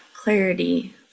clarity